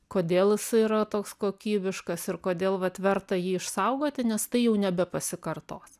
kodėl jisai yra toks kokybiškas ir kodėl vat verta jį išsaugoti nes tai jau nebepasikartos